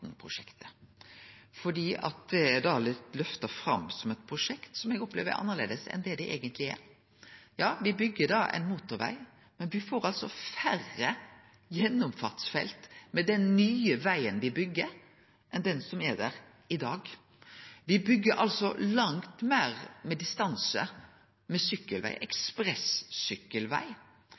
løfta fram som eit prosjekt som eg opplever er annleis enn det det eigentleg er. Me byggjer ein motorveg, men me får færre gjennomfartsfelt med den nye vegen me byggjer, enn den som er der i dag. Me byggjer altså langt meir med distanse, med